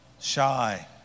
shy